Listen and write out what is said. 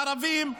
הערבים,